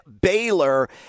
Baylor